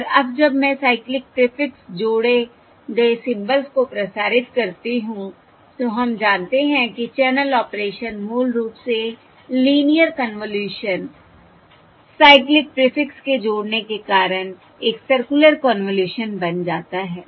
और अब जब मैं साइक्लिक प्रीफिक्स जोड़े गए सिंबल्स को प्रसारित करती हूं तो हम जानते हैं कि चैनल ऑपरेशन मूल रूप से लीनियर कन्वॉल्यूशन साइक्लिक प्रीफिक्स के जोड़ने के कारण एक सर्कुलर कन्वॉल्यूशन बन जाता है